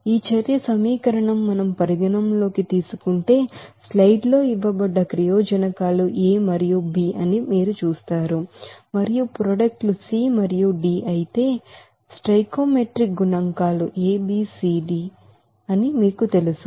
ఈ చర్య సమీకరణాన్ని మనం పరిగణనలోకి తీసుకుంటే స్లైడ్ లో ఇవ్వబడ్డ రియాక్టన్స్లు A మరియు B అని మీరు చూస్తారు మరియు ప్రొడక్ట్ లు C మరియు D అయితే స్టోయికియోమెట్రిక్ కోఎఫిసిఎంట్లు abc మరియు d అని మీకు తెలుసు